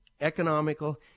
economical